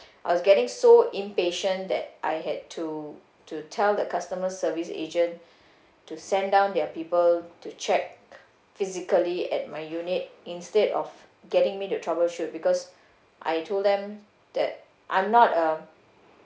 I was getting so impatient that I had to to tell the customer service agent to send down their people to check physically at my unit instead of getting me to troubleshoot because I told them that I'm not a